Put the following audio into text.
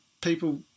people